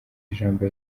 ijambo